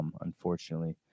unfortunately